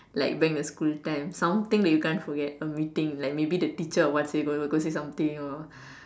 like back in the school time something that you can't forget a meeting like maybe the teacher or what say something or